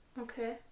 Okay